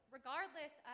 regardless